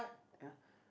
ya